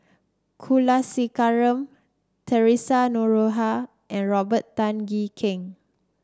T Kulasekaram Theresa Noronha and Robert Tan Jee Keng